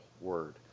word